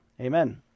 amen